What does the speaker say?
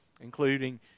including